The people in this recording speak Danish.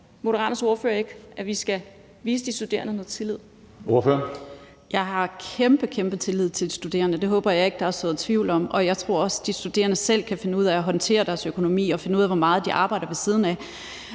Hønge): Ordføreren. Kl. 10:26 Karin Liltorp (M): Jeg har kæmpe, kæmpe tillid til de studerende. Det håber jeg ikke at der er sået tvivl om, og jeg tror også, at de studerende selv kan finde ud af håndtere deres økonomi og finde ud af, hvor meget de arbejder ved siden af.